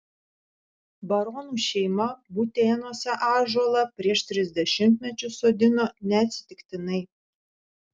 baronų šeima butėnuose ąžuolą prieš tris dešimtmečius sodino neatsitiktinai